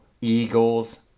Eagles